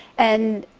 and,